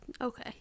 Okay